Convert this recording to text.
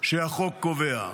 שהחוק קובע.